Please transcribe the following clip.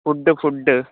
food food